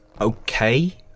Okay